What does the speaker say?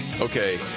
Okay